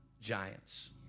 giants